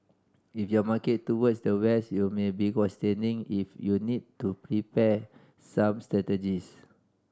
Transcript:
if your market towards the West you may be questioning if you need to prepare some strategies